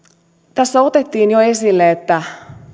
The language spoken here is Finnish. tässä otettiin jo esille että